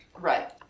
Right